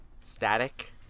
static